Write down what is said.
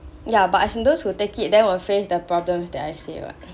ya but as in those who take it they will face the problems that I say [what]